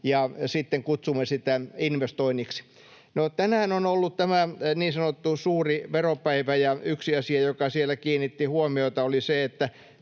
ja sitten kutsumme sitä investoinniksi. Tänään on ollut tämä niin sanottu suuri veropäivä, ja yksi asia, joka siellä kiinnitti huomiota, oli se,